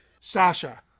Sasha